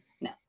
No